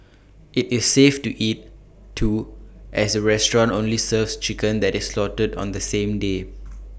IT is safe to eat too as the restaurant only serves chicken that is slaughtered on the same day